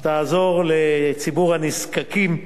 שתעזור לציבור הנזקקים,